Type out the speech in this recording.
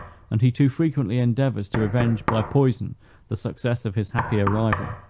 and he too frequently endeavors to revenge by poison the success of his happier rival.